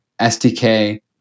SDK